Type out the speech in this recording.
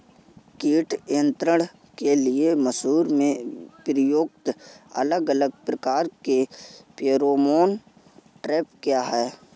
कीट नियंत्रण के लिए मसूर में प्रयुक्त अलग अलग प्रकार के फेरोमोन ट्रैप क्या है?